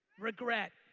regret.